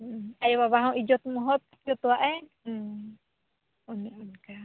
ᱦᱮᱸ ᱟᱭᱳᱼᱵᱟᱵᱟ ᱦᱚᱸ ᱤᱡᱽᱡᱚᱛ ᱢᱚᱦᱚᱛ ᱡᱚᱛᱚᱣᱟᱜᱼᱮ ᱦᱮᱸ ᱚᱱᱮ ᱚᱱᱠᱟ